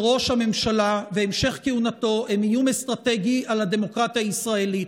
ראש הממשלה והמשך כהונתו הם איום אסטרטגי על הדמוקרטיה הישראלית.